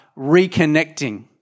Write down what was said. reconnecting